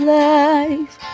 life